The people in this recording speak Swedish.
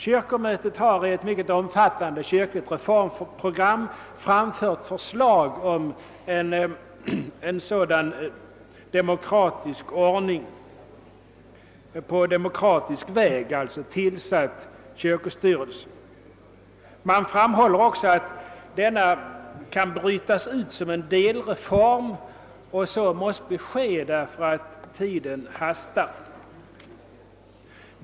Kyrkomötet har i ett mycket omfattande kyrkligt reformprogram framfört förslag om en på demokratisk väg tillsatt kyrkostyrelse. Man framhåller också att detta kan brytas ut som en delreform och att så måste ske därför att tiden hastar.